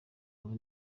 wumve